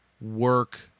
work